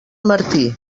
martí